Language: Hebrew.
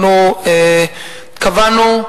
אנחנו קבענו,